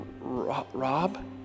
Rob